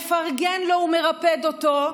מפרגן לו ומרפד אותו,